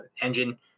engine